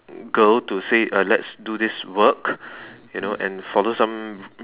girl to say uh let's do this work and you know follow some